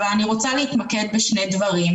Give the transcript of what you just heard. אבל אני רוצה להתמקד בשני דברים.